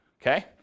Okay